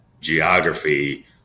geography